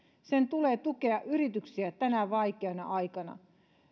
sen tulee tukea yrityksiä tänä vaikeana aikana